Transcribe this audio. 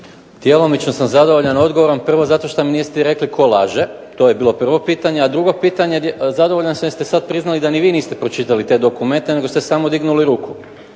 Djelomično sam zadovoljan odgovorom. Prvo zato što mi niste rekli tko laže, to je bilo prvo pitanje. A drugo pitanje, zadovoljan sam jer ste sad priznali da ni vi niste pročitali te dokumente nego ste samo dignuli ruku.